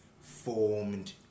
formed